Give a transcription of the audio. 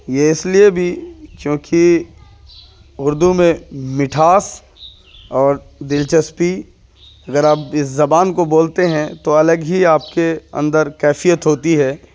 یہ اس لیے بھی کیونکہ اردو میں مٹھاس اور دلچسپی اگر آپ اس زبان کو بولتے ہیں تو الگ ہی آپ کے اندر کیفیت ہوتی ہے